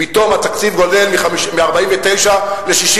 פתאום התקציב עולה מ-49 ל-61,